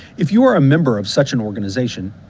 if you are a member of such an organization,